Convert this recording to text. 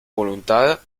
voluntad